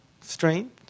strength